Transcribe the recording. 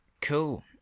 Cool